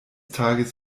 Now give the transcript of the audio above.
tages